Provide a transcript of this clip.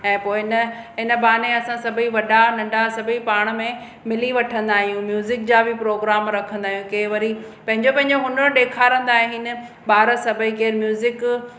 ऐं पोइ हिन हिन बहाने असां सभई वॾा नंढा सभई पाण में मिली वठंदा आहियूं म्यूज़िक जा बि प्रोग्राम रखंदा आहियूं के वरी पंहिंजो पंहिंजो हुनर ॾेखारंदा आहिनि ॿार सभई केरु म्यूज़िक